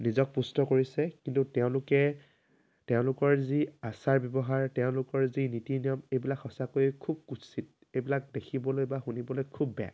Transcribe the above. নিজক পুষ্ট কৰিছে কিন্তু তেওঁলোকে তেওঁলোকৰ যি আচাৰ ব্যৱহাৰ তেওঁলোকৰ যি নীতি নিয়ম এইবিলাক সঁচাকৈয়ে খুব কুৎসিত এইবিলাক দেখিবলৈ বা শুনিবলৈ খুব বেয়া